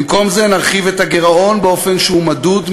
במקום זה נרחיב את הגירעון באופן שהוא מדוד,